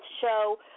show